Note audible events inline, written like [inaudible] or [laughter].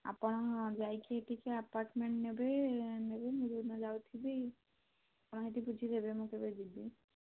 ଆପଣ ଯାଇକି ଟିକିଏ ଆପାର୍ଟମେଣ୍ଟ ନେବେ [unintelligible] ମୁଁ ଯେଉଁଦିନ ଯାଉଥିବି ଆପଣ ହେଠି ବୁଝିଦେବେ ମୁଁ କେବେ ଯିବି